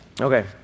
Okay